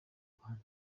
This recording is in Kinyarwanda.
rwanda